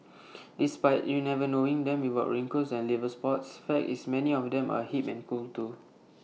despite you never knowing them without wrinkles and liver spots fact is many of them are hip and cool too